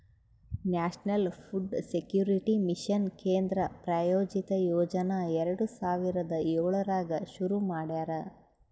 national food security mission ಕೇಂದ್ರ ಪ್ರಾಯೋಜಿತ ಯೋಜನಾ ಎರಡು ಸಾವಿರದ ಏಳರಾಗ್ ಶುರು ಮಾಡ್ಯಾರ